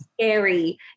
scary